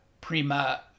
Prima